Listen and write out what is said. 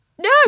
No